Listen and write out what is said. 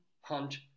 hunt